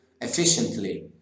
efficiently